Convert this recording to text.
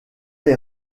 les